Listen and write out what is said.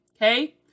Okay